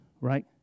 right